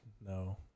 no